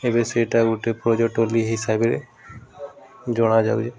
ଏବେ ସେଟା ଗୋଟେ ହିସାବରେ ଜଣାଯାଉଛି